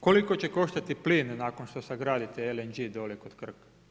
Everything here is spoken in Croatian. Koliko će koštati plin nakon što sagradite LNG dole kod Krka?